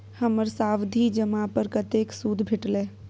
हमर सावधि जमा पर कतेक सूद भेटलै?